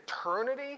eternity